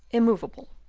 immovable,